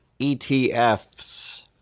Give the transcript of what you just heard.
ETFs